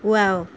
wow